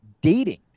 dating